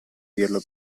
dirlo